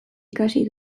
ikasi